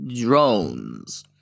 drones